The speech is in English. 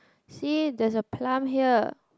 see there is a plum here